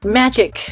magic